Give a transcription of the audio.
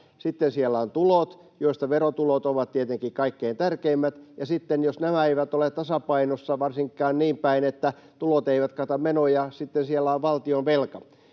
sitten siellä on tulot, joista verotulot ovat tietenkin kaikkein tärkeimmät, ja sitten jos nämä eivät ole tasapainossa, varsinkaan niin päin, että tulot eivät kata menoja, siellä on valtionvelka.